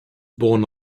born